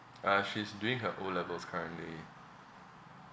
uh she's doing her O levels currently